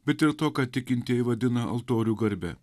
bet ir to ką tikintieji vadina altorių garbe